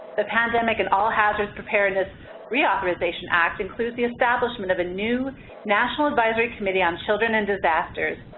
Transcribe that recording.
the pandemic and all hazard preparedness reauthorization act includes the establishment of a new national advisory committee on children in disasters,